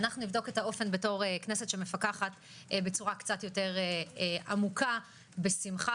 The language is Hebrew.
נבדוק את האופן בתור כנסת שמפקחת בצורה קצת יותר עמוקה בשמחה,